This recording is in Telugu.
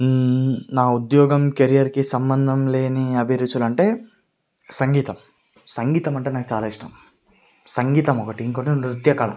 నా ఉద్యోగం కెరియర్కి సంబంధం లేని అభిరుచులంటే సంగీతం సంగీతం అంటే నాకు చాలా ఇష్టం సంగీతం ఒకటి ఇంకోటేమో నృత్యకళ